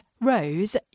Rose